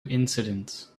incidents